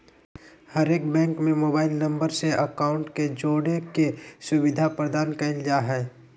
हरेक बैंक में mobile number से अकाउंट के जोड़े के सुविधा प्रदान कईल जा हइ